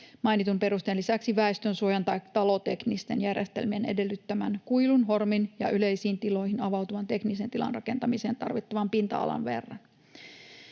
mainitun perusteen lisäksi väestönsuojan tai taloteknisten järjestelmien edellyttämän kuilun, hormin ja yleisiin tiloihin avautuvan teknisen tilan rakentamiseen tarvittavan pinta-alan verran.